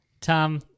Tom